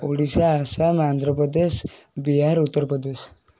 Odisha Assam Andhra Pradesh Bihar Uttar Pradesh